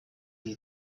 для